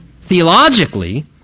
theologically